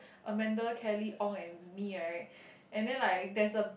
Amanda Kelly ong and Me right and then like there's a